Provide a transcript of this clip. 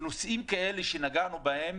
נושאים שנגענו בהם